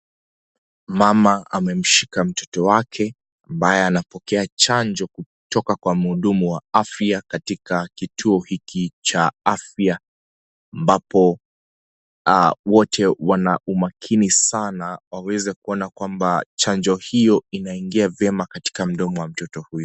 Mama amemshika mtoto wake ambaye anapokea chanjo kutoka kwa mhudumu wa afya katika kituo hiki cha afya ambapo wote wana umakini sana .Saweze kuona kwamba chanjo hiyo inaingia vyema katika mdomo wa mtoto huyu.